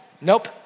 Nope